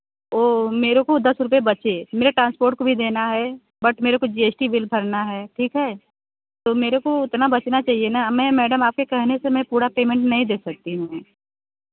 वह मेरे को दस रुपये बचे मेरा ट्रांसपोर्ट को भी देना है बट मेरे को जी एस टी बिल भरना है ठीक है तो मेरे को उतना बचना चाहिए ना और मैं मैडम आपके कहने से मैं पूरा पेमेंट नहीं दे सकती हूँ